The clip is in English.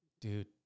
Dude